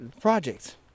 projects